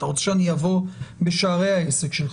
אתה רוצה שאני אבוא בשערי העסק שלך,